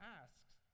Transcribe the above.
asks